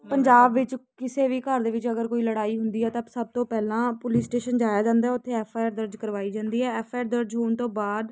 ਪੰਜਾਬ ਵਿੱਚ ਕਿਸੇ ਵੀ ਘਰ ਦੇ ਵਿੱਚ ਅਗਰ ਕੋਈ ਲੜਾਈ ਹੁੰਦੀ ਹੈ ਤਾਂ ਸਭ ਤੋਂ ਪਹਿਲਾਂ ਪੁਲਿਸ ਸਟੇਸ਼ਨ ਜਾਇਆ ਜਾਂਦਾ ਉੱਥੇ ਐਫ ਆਈ ਆਰ ਦਰਜ ਕਰਵਾਈ ਜਾਂਦੀ ਹੈ ਐਫ ਆਈ ਆਰ ਦਰਜ ਹੋਣ ਤੋਂ ਬਾਅਦ